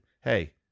hey